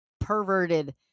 perverted